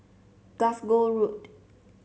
Glasgow Road